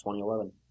2011